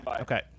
okay